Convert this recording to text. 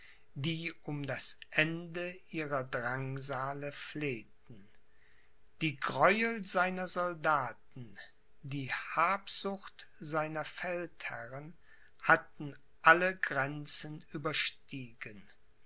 die um das ende ihrer drangsale flehten die gräuel seiner soldaten die habsucht seiner feldherren hatten alle grenzen überstiegen